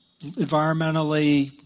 environmentally